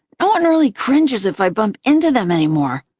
no one really cringes if i bump into them anymore,